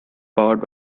powered